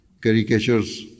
caricatures